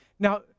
Now